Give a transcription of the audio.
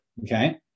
Okay